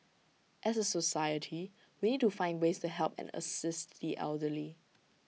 as A society we need to find ways to help and assist the elderly